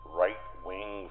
right-wing